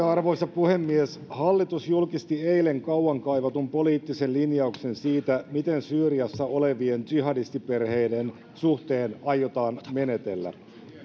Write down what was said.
arvoisa puhemies hallitus julkisti eilen kauan kaivatun poliittisen linjauksen siitä miten syyriassa olevien jihahdistiperheiden suhteen aiotaan menetellä